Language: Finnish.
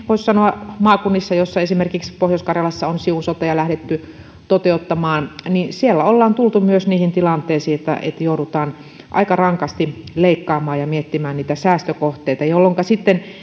voisi sanoa että joissakin maakunnissa kuten esimerkiksi pohjois karjalassa on siun sotea lähdetty toteuttamaan on tultu myös niihin tilanteisiin että että joudutaan aika rankasti leikkaamaan ja miettimään niitä säästökohteita jolloinka sitten